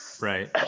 Right